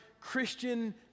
Christian